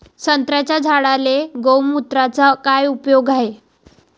संत्र्याच्या झाडांले गोमूत्राचा काय उपयोग हाये?